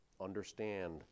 understand